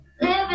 living